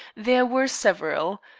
there were several.